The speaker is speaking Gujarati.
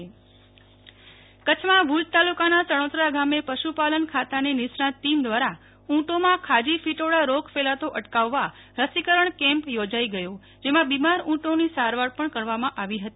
નેહ્લ ઠક્કર કચ્છ ઉંટનું રસીકરણબાઈટ કચ્છમાં ભુજ તાલુ કાના સણોસરા ગામે પશુ પાલન ખાતાની નિષ્ણતંત ટીમ દ્રારા ઉંટોમાં ખાજી ફિટોડા રોગ ફેલાતો અટકાવવા રસીકરણ કેમ્પ યોજાઈ ગયો જેમાં બીમાર ઉંટોની સારવાર પણ કરવામાં આવી હતી